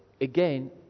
again